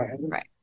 right